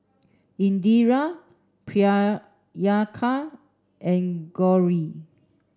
Indira Priyanka and Gauri